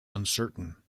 uncertain